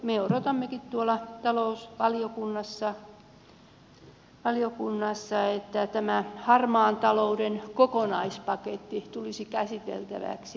me odotammekin tuolla talousvaliokunnassa että tämä harmaan talouden kokonaispaketti tulisi käsiteltäväksi